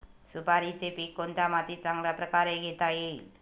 सुपारीचे पीक कोणत्या मातीत चांगल्या प्रकारे घेता येईल?